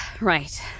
Right